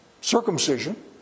circumcision